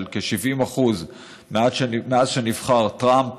של כ-70% מאז שנבחר טראמפ